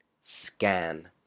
scan